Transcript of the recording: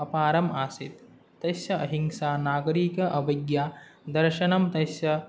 अपारम् आसीत् तस्य अहिंसा नागरीक अविज्ञा दर्शनं तस्य